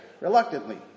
reluctantly